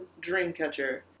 Dreamcatcher